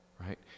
Right